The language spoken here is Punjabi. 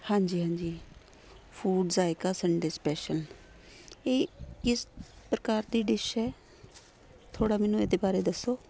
ਹਾਂਜੀ ਹਾਂਜੀ ਫੂਡਜ਼ ਆਏਗਾ ਸੰਡੇ ਸਪੈਸ਼ਲ ਇਹ ਕਿਸ ਪ੍ਰਕਾਰ ਦੀ ਡਿਸ਼ ਹੈ ਥੋੜ੍ਹਾ ਮੈਨੂੰ ਇਹਦੇ ਬਾਰੇ ਦੱਸੋ